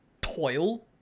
toil